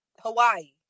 Hawaii